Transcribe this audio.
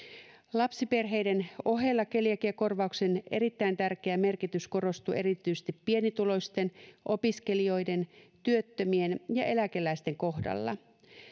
lapsiperheiden ohella keliakiakorvauksen erittäin tärkeä merkitys korostuu erityisesti pienituloisten opiskelijoiden työttömien ja eläkeläisten kohdalla